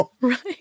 right